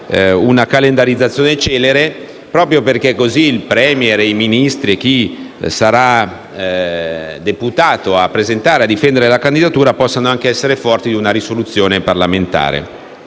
una calendarizzazione celere proprio perché così il *Premier*, i Ministri e chi sarà deputato a difendere la candidatura, possano essere forti di una decisione parlamentare.